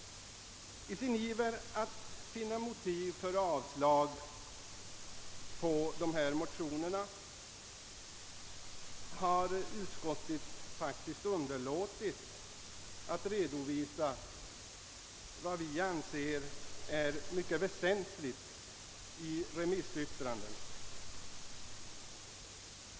I sin iver att finna motiv för avslag på dessa motioner har utskottsmajoriteten faktiskt underlåtit att redovisa vad vi anser är mycket väsentligt i remissyttrandena.